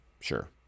Sure